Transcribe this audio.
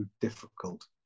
difficult